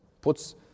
Puts